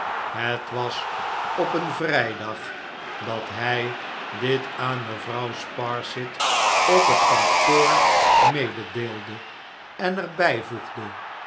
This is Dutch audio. het was op een vrijdag dat hij dit aan mevrouw sparsit op het kantoor mededeelde en erbijvoegde